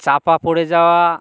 চাপা পড়ে যাওয়া